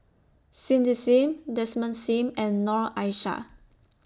Cindy SIM Desmond SIM and Noor Aishah